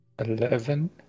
eleven